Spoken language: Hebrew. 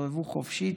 תסתובבו חופשי,